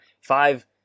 five